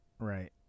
Right